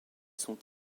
sont